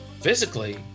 physically